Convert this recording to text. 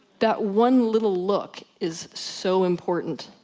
that one little look, is so important.